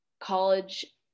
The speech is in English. college